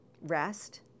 Rest